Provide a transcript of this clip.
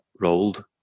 rolled